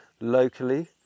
locally